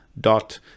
dot